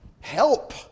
help